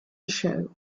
show